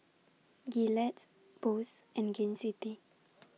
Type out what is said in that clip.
Gillette Bose and Gain City